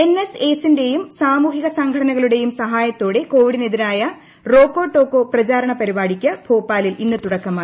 എൻഎസ്എസ്ട്രിന്റെയും സാമൂഹിക സംഘടനകളു ടെയും സഹായത്തോടെ ക്ടോവിഡിന് എതിരായ റോക്കോ ടോക്കോ പ്രചാരണപരിപാടിക്ക് ഭോപ്പാലിൽ ഇന്ന് തുടക്കമായി